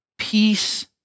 peace